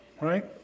right